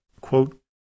Quote